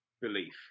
belief